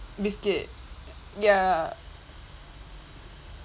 miss it ya